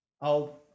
I'll-